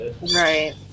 Right